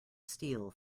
steel